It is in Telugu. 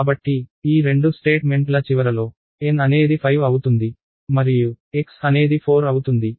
కాబట్టి ఈ రెండు స్టేట్మెంట్ల చివరలో n అనేది 5 అవుతుంది మరియు x అనేది 4 అవుతుంది